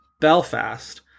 Belfast